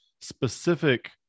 specific